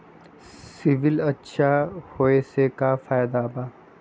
CIBIL अच्छा होऐ से का फायदा बा?